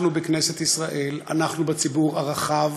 אנחנו בכנסת ישראל, אנחנו בציבור הרחב